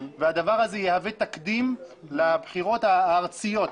הדבר הזה יהווה תקדים לבחירות הארציות.